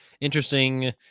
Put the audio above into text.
interesting